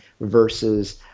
versus